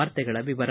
ವಾರ್ತೆಗಳ ವಿವರ